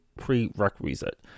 prerequisite